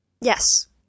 Yes